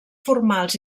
formals